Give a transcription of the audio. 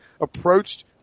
approached